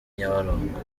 nyabarongo